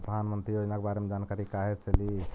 प्रधानमंत्री योजना के बारे मे जानकारी काहे से ली?